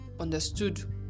understood